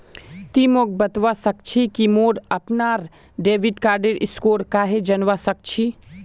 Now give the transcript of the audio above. ति मोक बतवा सक छी कि मोर अपनार डेबिट कार्डेर स्कोर कँहे जनवा सक छी